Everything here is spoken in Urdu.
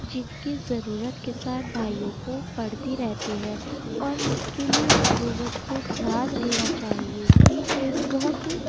جن کی ضرورت کسان بھائیوں کو پڑتی رہتی ہے اور اس کے لیے حکومت کو دھیان دینا چاہیے کہ بہت